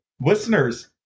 listeners